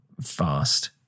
fast